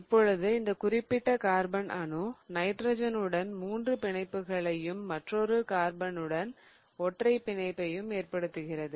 இப்பொழுது இந்த குறிப்பிட்ட கார்பன் அணு நைட்ரஜன் உடன் மூன்று பிணைப்புகளையும் மற்றொன்று கார்பன் உடன் ஒற்றைப் பிணைப்பையும் ஏற்படுத்துகிறது